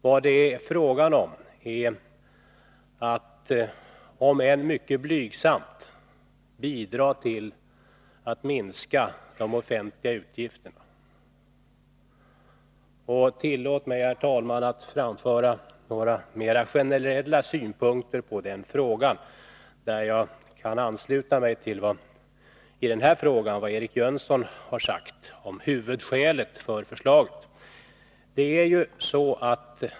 Vad det är fråga om är att — om än mycket blygsamt — bidra till att minska de offentliga utgifterna. Tillåt mig, herr talman, att anföra några mera generella synpunkter på den frågan. Jag kan ansluta mig till vad Eric Jönsson har sagt om huvudskälet för förslaget.